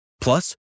Plus